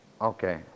okay